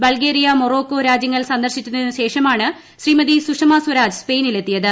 Bulgaria Morocco രാജ്യങ്ങൾ സന്ദർശിച്ചതിനു ശേഷമാണ് ശ്രീമതി സുഷമ സ്വരാജ് സ്പെയിനിലെത്തിയത്